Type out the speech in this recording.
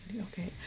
Okay